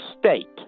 state